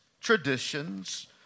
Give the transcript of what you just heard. traditions